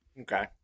okay